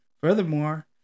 Furthermore